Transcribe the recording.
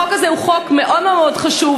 החוק הזה הוא חוק מאוד מאוד חשוב,